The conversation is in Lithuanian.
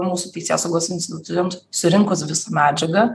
mūsų teisėsaugos institucijoms surinkus visą medžiagą